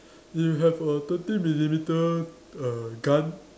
you have a thirteen millimetre err gun